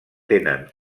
tenen